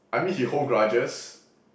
I mean he hold grudges